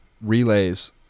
relays